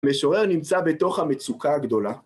משורר נמצא בתוך המצוקה הגדולה.